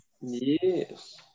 Yes